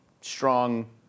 strong